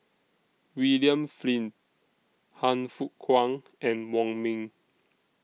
William Flint Han Fook Kwang and Wong Ming